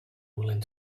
willing